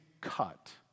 cut